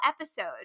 episode